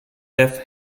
left